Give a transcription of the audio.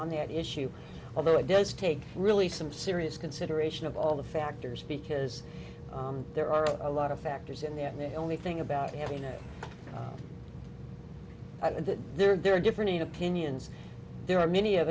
on the issue although it does take really some serious consideration of all the factors because there are a lot of factors in that the only thing about happiness and that there are different opinions there are many of